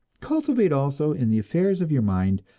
cultivate also, in the affairs of your mind,